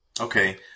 Okay